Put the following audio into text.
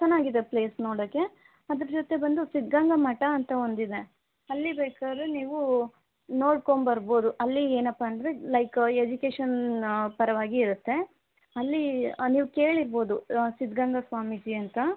ಚೆನ್ನಾಗಿದೆ ಪ್ಲೇಸ್ ನೋಡೋಕ್ಕೆ ಅದರ ಜೊತೆ ಬಂದು ಸಿದ್ದಗಂಗಾ ಮಠ ಅಂತ ಒಂದಿದೆ ಅಲ್ಲಿ ಬೇಕಾದ್ರೆ ನೀವು ನೋಡ್ಕೊಂಬರ್ಬೋದು ಅಲ್ಲಿ ಏನಪ್ಪಾ ಅಂದರೆ ಲೈಕ್ ಎಜುಕೇಶನ್ ಪರವಾಗಿ ಇರತ್ತೆ ಅಲ್ಲಿ ನೀವು ಕೇಳಿರ್ಬೋದು ಸಿದ್ದಗಂಗಾ ಸ್ವಾಮೀಜಿ ಅಂತ